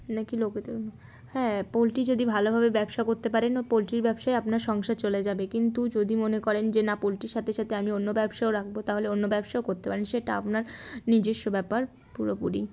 নাকি লোকেদের হ্যাঁ পোলট্রি যদি ভালোভাবে ব্যবসা করতে পারেন পোলট্রির ব্যবসায় আপনার সংসার চলে যাবে কিন্তু যদি মনে করেন যে না পোলট্রির সাথে সাথে আমি অন্য ব্যবসাও রাখবো তাহলে অন্য ব্যবসাও করতে পারেন সেটা আপনার নিজস্ব ব্যাপার পুরোপুরি